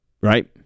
Right